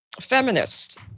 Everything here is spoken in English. feminist